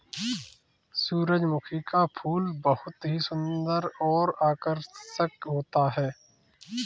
सुरजमुखी का फूल बहुत ही सुन्दर और आकर्षक होता है